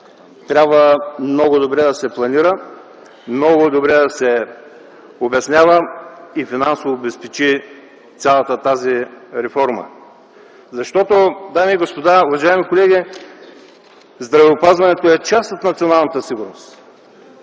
трябва много добре да се планира, много добре да се обяснява и финансово обезпечи цялата тази реформа. Дами и господа, уважаеми колеги, здравеопазването е част от националната сигурност.